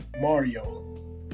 Mario